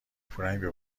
پورنگ